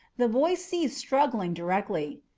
the boy ceased struggling directly.